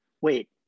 Wait